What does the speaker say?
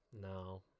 No